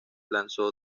lanzó